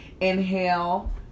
inhale